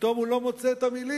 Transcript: פתאום הוא לא מוצא את המלים.